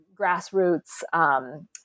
grassroots